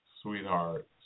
sweetheart